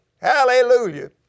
Hallelujah